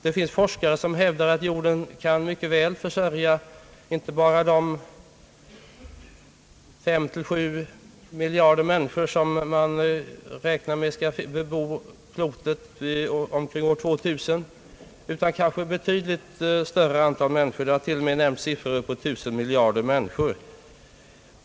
Det finns forskare som hävdar att jorden mycket väl kan försörja inte bara de 5—7 miljarder människor som man räknar med skall bebo klotet omkring år 2000 utan sannolikt ett betydligt större antal individer. Det har to. m. nämnts siffror på 1 000 miljarder människor.